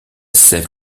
sève